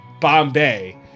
Bombay